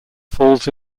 falls